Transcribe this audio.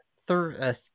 third